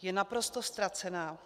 Je naprosto ztracená.